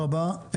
תודה רבה.